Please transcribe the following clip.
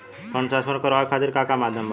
Fund transfer करवाये खातीर का का माध्यम बा?